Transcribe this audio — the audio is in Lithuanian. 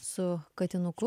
su katinuku